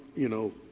you know,